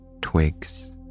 twigs